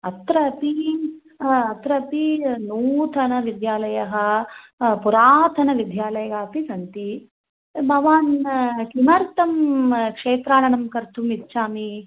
अत्र अपि अत्र अपि नूतनविद्यालयाः पुरातनविद्यालयाः अपि सन्ति भवान् किमर्थं क्षेत्राननं कर्तुम् इच्छामि